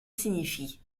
signifie